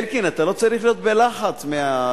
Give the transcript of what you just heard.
אלקין, אתה לא צריך להיות בלחץ מהקודם.